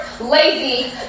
lazy